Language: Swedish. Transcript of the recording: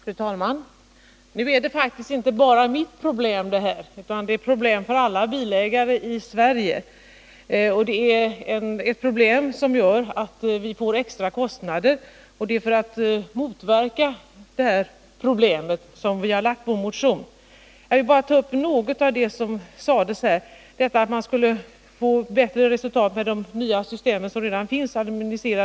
Fru talman! Nu är det faktiskt inte bara mitt problem — det är ett problem för alla bilägare i Sverige. Vi får extra kostnader, och det är för att motverka detta som vi har väckt vår motion. Jag vill bara ta upp något av vad Per Westerberg yttrade. Det sades att man skulle få bättre resultat med de nya system som redan finns.